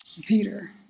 Peter